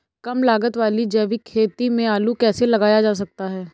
कम लागत वाली जैविक खेती में आलू कैसे लगाया जा सकता है?